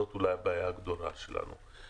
וזאת אולי הבעיה הגדולה שלנו.